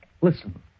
Listen